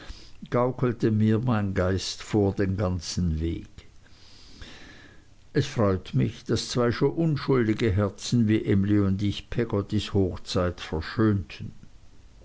gaukelte mir mein geist vor den ganzen weg es freut mich daß zwei so unschuldvolle herzen wie emly und ich peggottys hochzeit verschönten